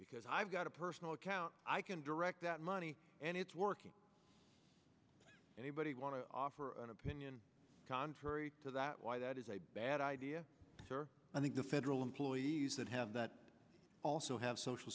because i've got a personal account i can direct that money and it's working anybody want to offer an opinion contrary to that why that is a bad idea or i think the federal employees that have that also have social